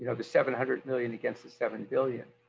ah the seven hundred million against the seven billion.